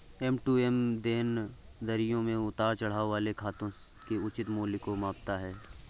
M to M देनदारियों में उतार चढ़ाव वाले खातों के उचित मूल्य को मापता है